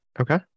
Okay